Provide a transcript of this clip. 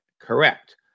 Correct